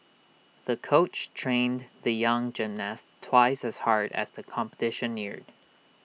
the coach trained the young gymnast twice as hard as the competition neared